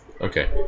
Okay